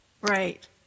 Right